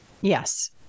Yes